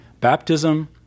baptism